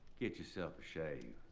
get yourself a shave.